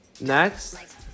next